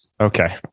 okay